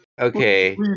okay